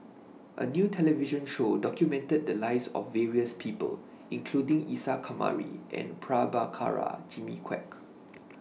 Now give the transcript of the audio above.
A New television Show documented The Lives of various People including Isa Kamari and Prabhakara Jimmy Quek